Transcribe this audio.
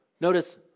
notice